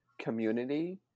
community